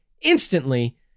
instantly